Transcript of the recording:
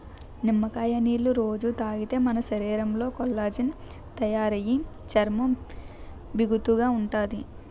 నిమ్మకాయ నీళ్ళు రొజూ తాగితే మన శరీరంలో కొల్లాజెన్ తయారయి చర్మం బిగుతుగా ఉంతాది